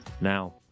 now